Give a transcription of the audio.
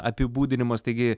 apibūdinimas taigi